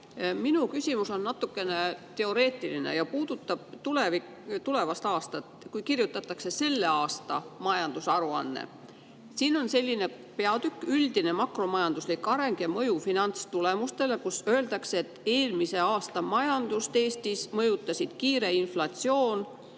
Minu küsimus on natukene teoreetiline ja puudutab tulevat aastat, kui kirjutatakse selle aasta majandusaruannet. Siin on peatükk "Üldine makromajanduslik areng ja mõju finantstulemustele", kus öeldakse, et Eestis eelmise aasta majandust mõjutasid kiire inflatsioon,